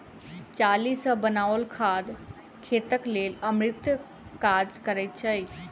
चाली सॅ बनाओल खाद खेतक लेल अमृतक काज करैत छै